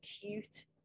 cute